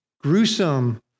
gruesome